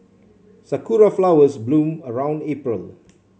sakura flowers bloom around April